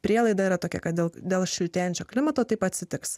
prielaida yra tokia kad dėl dėl šiltėjančio klimato taip atsitiks